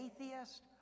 atheist